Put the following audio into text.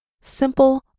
simple